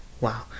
Wow